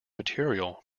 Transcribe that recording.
material